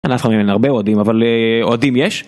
אני אף פעם אין להם הרבה אוהדים אבל אוהדים יש